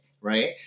right